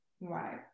right